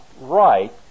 right